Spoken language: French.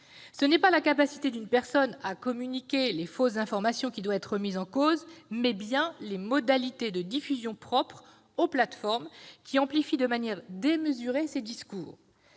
Ce n'est pas la capacité d'une personne à communiquer de fausses informations qui doit être mise en cause, mais bien les modalités de diffusion propres aux plateformes, qui amplifient de manière démesurée ces discours.